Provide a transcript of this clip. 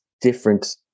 different